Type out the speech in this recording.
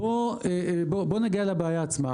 בוא נגיע לבעיה עצמה.